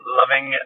loving